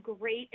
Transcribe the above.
great